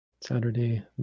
Saturday